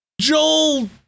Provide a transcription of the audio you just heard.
Joel